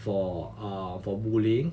for uh for bullying